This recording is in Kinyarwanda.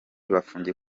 bafungiye